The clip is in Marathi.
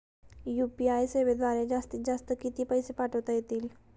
यू.पी.आय सेवेद्वारे जास्तीत जास्त किती पैसे पाठवता येतील?